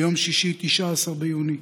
ביום שישי, 19 ביוני,